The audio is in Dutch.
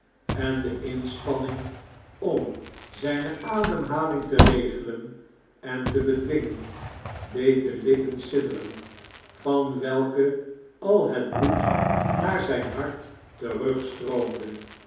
en de inspanning om zijne ademhaling te regelen en te bedwingen deed de lippen sidderen van welke al het bloed naar zy'n hart terugstroomde